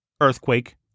earthquake